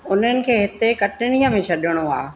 उन्हनि खे हिते कटणीअ में छॾिणो आहे